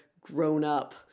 grown-up